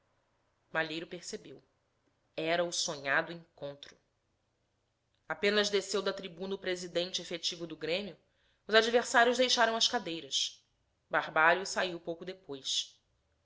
malheiro percebeu era o sonhado encontro apenas desceu da tribuna o presidente efetivo do grêmio os adversários deixaram as cadeiras barbalho saiu pouco depois